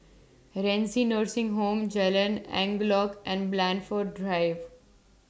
Renci Nursing Home Jalan Angklong and Blandford Drive